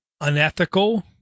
unethical